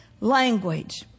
language